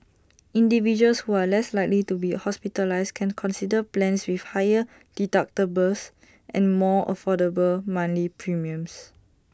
individuals who are less likely to be hospitalised can consider plans with higher deductibles and more affordable monthly premiums